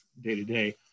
day-to-day